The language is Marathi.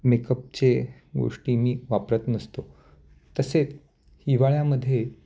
मेकअपचे गोष्टी मी वापरत नसतो तसेच हिवाळ्यामध्ये